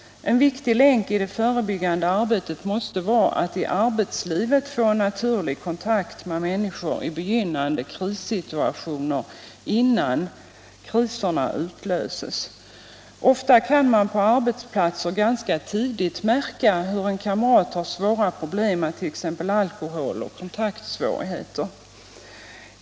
En viktig länk i det förebyggande arbetet måste vara att i arbetslivet få en naturlig kontakt med människor i begynnande krissituationer — innan kriserna utlöses. Ofta kan man på arbetsplatser ganska tidigt märka att en kamrat har svåra problem med t.ex. alkohol eller att han har kontaktsvårigheter.